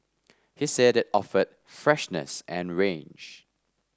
he said it offered freshness and range